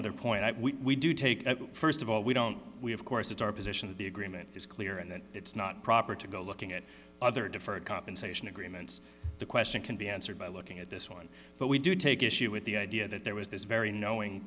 other point that we do take st of all we don't we have of course it's our position that the agreement is clear and that it's not proper to go looking at other deferred compensation agreements the question can be answered by looking at this one but we do take issue with the idea that there was this very knowing